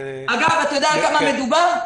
אגב, אתה יודע בכמה מדובר?